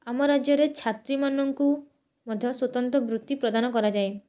ଆମ ରାଜ୍ୟରେ ଛାତ୍ରୀମାନଙ୍କୁ ମଧ୍ୟ ସ୍ୱତନ୍ତ୍ର ବୃତ୍ତି ପ୍ରଦାନ କରାଯାଏ